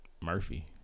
Murphy